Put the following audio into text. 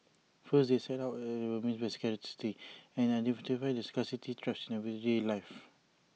first they set out what they mean by scarcity and identify the scarcity traps in everyday life